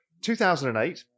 2008